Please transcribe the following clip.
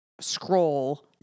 scroll –